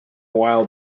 while